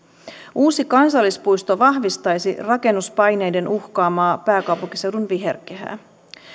uusi kansallispuisto vahvistaisi rakennuspaineiden uhkaamaa pääkaupunkiseudun viherkehää